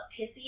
pissy